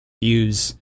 use